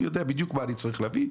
אני יודע בדיוק מה אני צריך להביא,